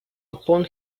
upon